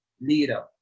leader